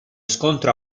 scontro